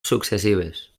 successives